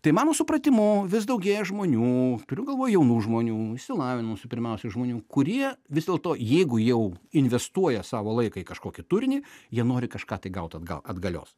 tai mano supratimu vis daugėja žmonių turiu galvoj jaunų žmonių išsilavinusių pirmiausia žmonių kurie vis dėlto jeigu jau investuoja savo laiką į kažkokį turinį jie nori kažką tai gaut atgal atgalios